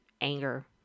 anger